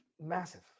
massive